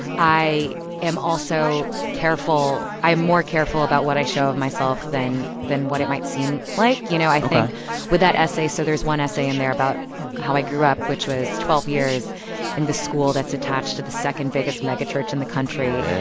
i am also careful. i am more careful about what i show of myself than than what it might seem like. you know, i think with that essay so there's one essay in there about how i grew up, which was twelve years in the school that's attached to the second biggest megachurch in the country,